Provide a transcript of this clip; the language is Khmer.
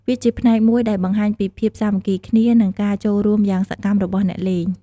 វាជាផ្នែកមួយដែលបង្ហាញពីភាពសាមគ្គីគ្នា និងការចូលរួមយ៉ាងសកម្មរបស់អ្នកលេង។